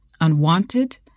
unwanted